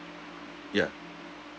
ya